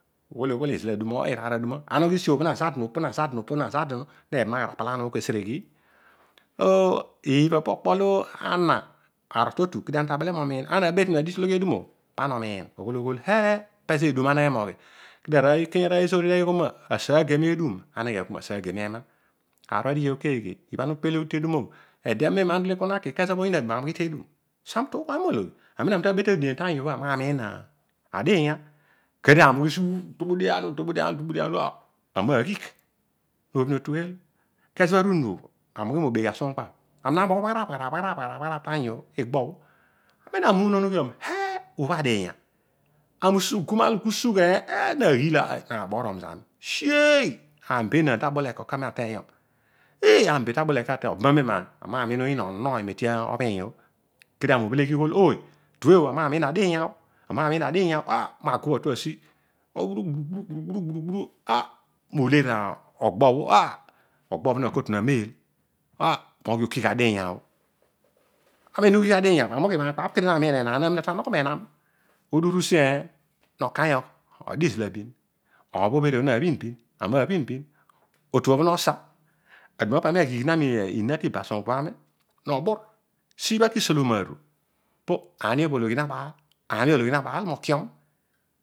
Ugholio oghud izal admma izaa aduana and ughi. Usi nephan agh kara ma anapalon o eseughi so iibha po kpo lo ana arol totu kara ta bele momiin. Ana between adigh ta loghi edun o pana omiin oghol heh, pezo edum ameghe moghi. Kedio aroiy ikenya arooy ezoor ighol asaiygene edum aneghe aysan masaigeme ema, aar obho adighi õ keeghe? Ezobho ana uysel kua na ki, oyiin aduma ami ughi tudam ami utuughuromeio udoghi. ami ta beton eemu ami abeton dein tanyu obho ami naamiin adiinya. Kedio ami ughi udubudian udubudian, amen ami naa ghigh, no obhin otugheel. Ezobho oru unubho, ami ughi moegh ara asumuphabh, amiina moghon bhagharadh. Amen ami unoon ughiom heh, obho adiinya. ami ughi usi ugu malugua usugh ehu. naghiil adua oban amen ani naaamii onon oiny medi obhiinõ kedio ami ubheleghi ughol õoy tue õ ami namiin adiinya õ, na tu asi ah gburu gburu gburu noderr ogbobho. ah. ogbobho nakotunu ameel ah nooghi okigh adiinya bho. Amen ughigh odiinya udua uru usi ehn, nokanyogh odi izal abin. oiy obhedio nabhin bin amina bhin bin. otu arooy nosa. aduma opo ami aghigh na mina tiba sum ukpaph ami siibha kisoloman aru, ariobho ologhi naabaal mokiom.